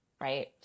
right